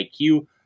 IQ